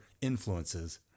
influences